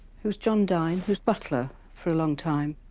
here's john dine, who was butler for a long time.